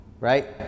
Right